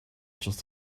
just